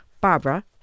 Barbara